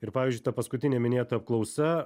ir pavyzdžiui ta paskutinė minėta apklausa